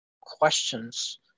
questions